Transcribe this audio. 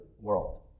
world